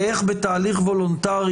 איך בתהליך וולונטרי,